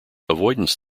avoidance